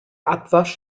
abwasch